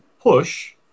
push